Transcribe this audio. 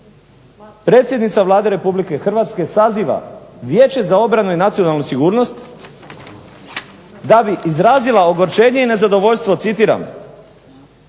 predsjednica Vlade Republike Hrvatske saziva Vijeće za obranu i nacionalnu sigurnost da bi izrazila ogorčenje i nezadovoljstvo, citiram